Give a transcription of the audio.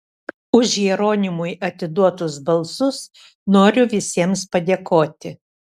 už jeronimui atiduotus balsus noriu visiems padėkoti